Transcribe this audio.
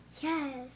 Yes